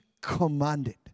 commanded